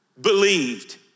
believed